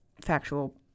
factual